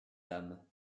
dames